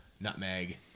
nutmeg